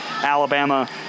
Alabama